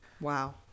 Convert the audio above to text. Wow